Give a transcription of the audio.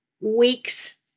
weeks